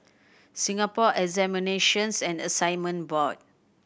Singapore Examinations and Assessment Board